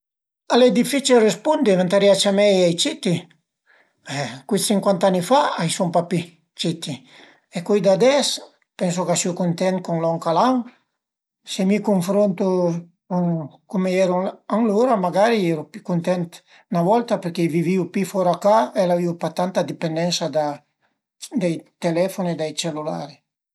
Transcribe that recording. Al e dificil respundi, ventarìa ciamé ai citi, cui sincunt'ani fa a i sun pa pi citi e cui d'ades pensu ch'a siu cuntent con lon ch'al an, se mi cunfruntu cum a i eru ën l'ura, magari i eru pi cuntent 'na volta perché i vivìu pi fora ca e l'avìu pa tanta dipendensa dai telefoni e dai cellulari